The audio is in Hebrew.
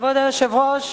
כבוד היושב-ראש,